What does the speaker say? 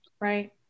Right